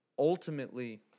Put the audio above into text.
Ultimately